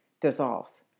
dissolves